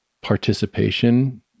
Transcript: participation